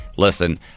Listen